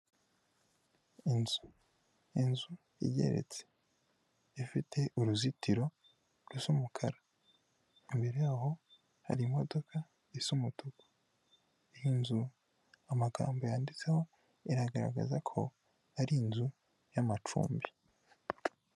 Inzu igeretse ifite uruzitiro rusa umukara. Imbere yaho hari imodoka isa umutuku, n’inzu amagambo yanditseho iragaragaza ko ari inzu y’amacumbi.